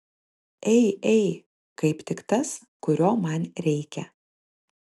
ei ei kaip tik tas kurio man reikia